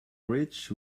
rich